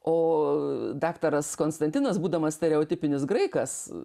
o daktaras konstantinas būdamas stereotipinis graikas